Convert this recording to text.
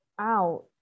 out